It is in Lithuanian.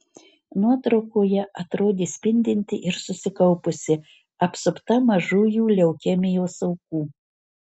nuotraukoje atrodė spindinti ir susikaupusi apsupta mažųjų leukemijos aukų